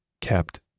kept